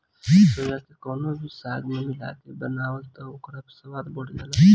सोआ के कवनो भी साग में मिला के बनाव तअ ओकर स्वाद बढ़ जाला